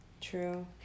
true